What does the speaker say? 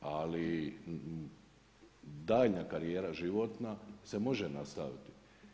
Ali daljnja karijera životna se može nastaviti.